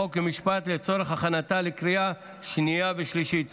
חוק ומשפט לצורך הכנתה לקריאה שנייה ושלישית.